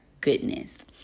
goodness